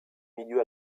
milieu